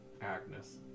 Agnes